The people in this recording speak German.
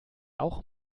auch